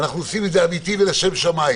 אנחנו עושים את זה אמיתי ולשם שמיים